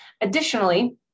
Additionally